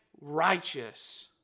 righteous